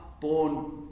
born